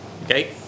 Okay